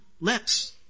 lips